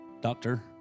doctor